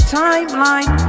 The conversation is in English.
timeline